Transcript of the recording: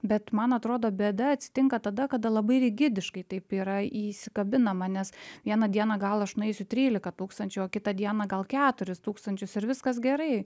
bet man atrodo bėda atsitinka tada kada labai rigidiškai taip yra įsikabinama nes vieną dieną gal aš nueisiu trylika tūkstančių o kitą dieną gal keturis tūkstančius ir viskas gerai